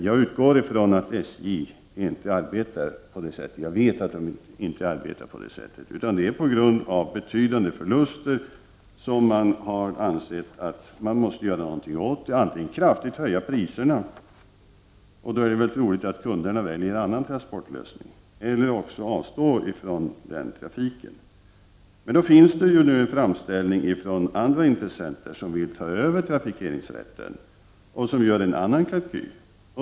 Jag vet att SJ inte arbetar på det sättet. På grund av betydande förluster har man ansett att man måste göra något åt det. Antingen måste man kraftigt höja priserna — då är det troligt att kunderna väljer andra transportlösningar — eller också måste man avstå från den trafiken. Det finns nu en framställan från andra intressenter som vill ta över trafikeringsrätten och som gör en annan kalkyl.